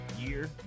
year